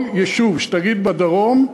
כל יישוב שתגיד בדרום,